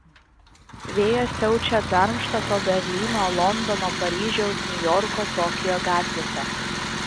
vėjas siaučia darmštato berlyno londono paryžiaus niujorko tokijo gatvėse